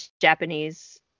Japanese